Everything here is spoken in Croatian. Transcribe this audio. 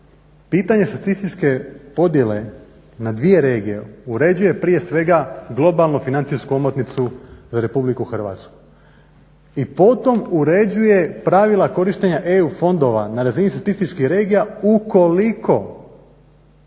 Pitanje statističke podjele na dvije regije uređuje prije svega globalno financijsku omotnicu za RH i potom uređuje pravila korištenja EU fondova na razini statističkih regija ukoliko